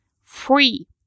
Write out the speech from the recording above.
free